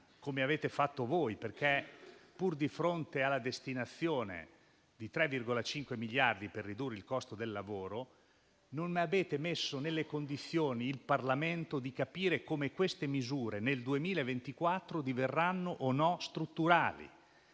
come avete fatto voi, perché, pur di fronte alla destinazione di 3,5 miliardi per ridurre il costo del lavoro, non avete messo il Parlamento nelle condizioni di capire come queste misure nel 2024 diverranno strutturali